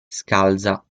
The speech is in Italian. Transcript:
scalza